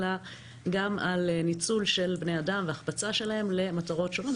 אלא גם על ניצול בני-אדם והחפצה שלהם למטרות שונות,